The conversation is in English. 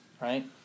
right